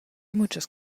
muchas